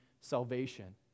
salvation